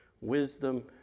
wisdom